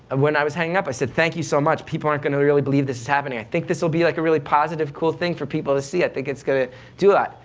when i was hanging up, i said, thank you so much. people aren't going to really believe this is happening. i think this will be like a really positive, cool thing for people to see. i think it's going to do a lot,